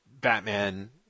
Batman